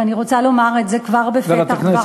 ואני רוצה לומר את זה כבר בפתח דברי,